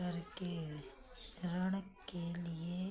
करके ऋण के लिए